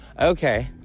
Okay